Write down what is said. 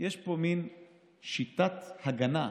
יש פה מין שיטת הגנה,